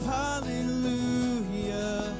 hallelujah